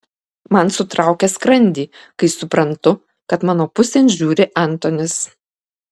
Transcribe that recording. man sutraukia skrandį kai suprantu kad mano pusėn žiūri antonis